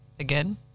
again